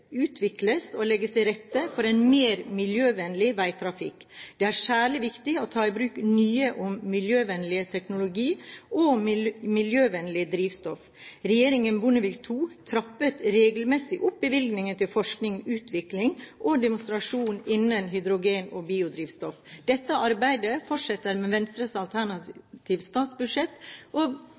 utvikles og legges til rette for en mer miljøvennlig vegtrafikk. Det er særlig viktig å ta i bruk ny og miljøvennlig teknologi og miljøvennlig drivstoff. Regjeringen Bondevik II trappet regelmessig opp bevilgningene til forskning, utvikling og demonstrasjon innen hydrogen og biodrivstoff. Dette arbeidet fortsetter med Venstres alternative statsbudsjett, og